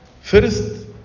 First